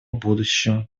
будущего